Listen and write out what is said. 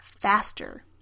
faster